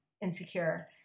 insecure